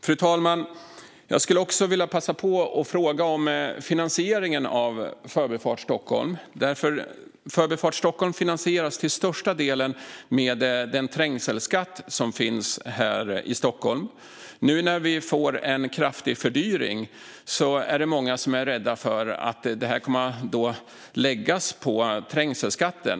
Fru talman! Jag skulle också vilja passa på att fråga om finansieringen av Förbifart Stockholm. Förbifart Stockholm finansieras till största delen med den trängselskatt som finns här i Stockholm. Nu när vi får en kraftig fördyring är det många som är rädda för att det kommer att läggas på trängselskatten.